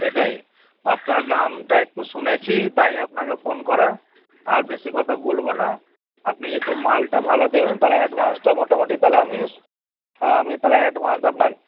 সেটাই আপনার নামটা একটু শুনেছি তাই আপনাকে ফোন করা আর বেশি কথা বলবো না আপনি একটু মালটা ভালো দেবেন তাহলে অ্যাডভান্সটা মোটামোটি তাহলে আমি আমি তাহলে অ্যাডভান্স আপনাকে